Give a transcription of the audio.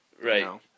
Right